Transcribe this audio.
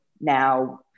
now